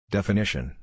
Definition